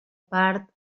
part